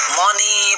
money